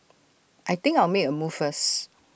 I think I'll make A move first